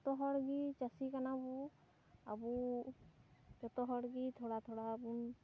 ᱡᱚᱛᱚ ᱦᱚᱲ ᱜᱮ ᱪᱟᱹᱥᱤ ᱠᱟᱱᱟ ᱵᱚᱱ ᱟᱵᱚ ᱡᱚᱛᱚ ᱦᱚᱲ ᱜᱮ ᱛᱷᱚᱲᱟ ᱛᱷᱚᱲᱟ ᱵᱚᱱ